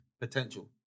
potential